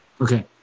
Okay